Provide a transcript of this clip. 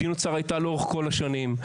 מדיניות שר הייתה לאורך כל השנים,